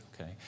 okay